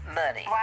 money